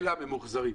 אלא ממוחזרים.